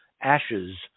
ashes